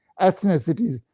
ethnicities